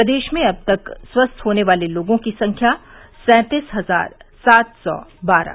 प्रदेश में अब तक स्वस्थ होने वालों की संख्या सैंतीस हजार सात सौ बारह